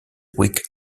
week